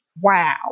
Wow